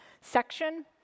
section